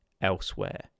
elsewhere